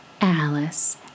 Alice